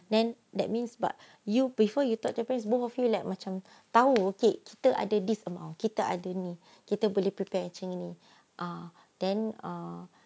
then that means but you prefer you talk to your parents both of you like macam tahu okay kita ada this amount kita ada ni kita boleh prepare macam ini ah then ah